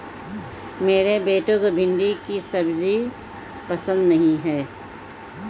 मेरे बेटे को भिंडी की सब्जी पसंद नहीं है